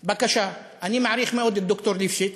בקשה: אני מעריך מאוד את ד"ר ליפשיץ,